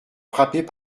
frappés